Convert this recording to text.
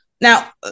Now